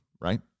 right